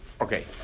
okay